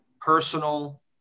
personal